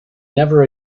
never